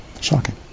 Shocking